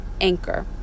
anchor